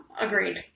Agreed